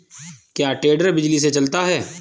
क्या टेडर बिजली से चलता है?